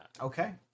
Okay